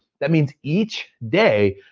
that means each day,